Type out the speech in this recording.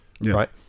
right